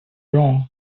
wrong